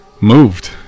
moved